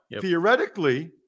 theoretically